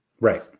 Right